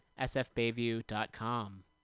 sfbayview.com